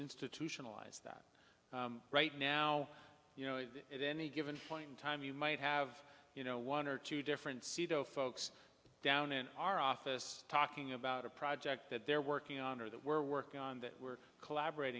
institutionalize that right now you know at any given point in time you might have you know one or two different pseudo folks down in our office talking about a project that they're working on or that we're working on that we're